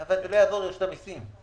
אבל רשות המיסים לא תעזור לי.